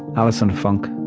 allison funk,